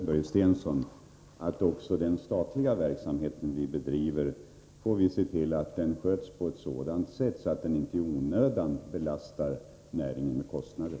Herr talman! Det är ändå så, Börje Stensson, att vi också får se till att den statliga verksamheten sköts på ett sådant sätt att den inte i onödan belastar näringen med kostnader.